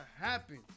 happen